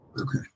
Okay